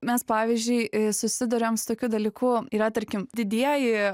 mes pavyzdžiui susiduriam su tokiu dalyku yra tarkim didieji